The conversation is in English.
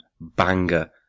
banger